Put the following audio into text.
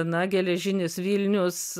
na geležinis vilnius